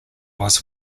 was